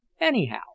Anyhow